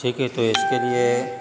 ٹھیک ہے تو اس کے لیے